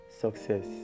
success